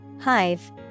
Hive